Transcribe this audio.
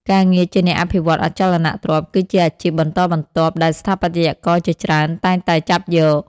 ការងារជាអ្នកអភិវឌ្ឍន៍អចលនទ្រព្យ គឺជាអាជីពបន្តបន្ទាប់ដែលស្ថាបត្យករជាច្រើនតែងតែចាប់យក។